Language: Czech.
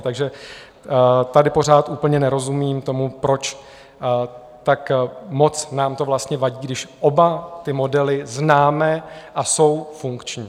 Takže tady pořád úplně nerozumím tomu, proč tak moc nám to vlastně vadí, když oba ty modely známe a jsou funkční.